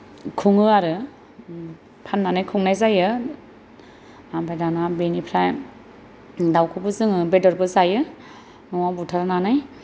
खुङो आरो फाननानै खुंनाय जायो ओमफाय दाना बेनिफ्राय दाउखौबो जोङो बेदरबो जायो न'आव बुथारनानै